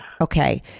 Okay